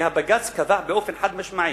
והבג"ץ קבע באופן חד-משמעי: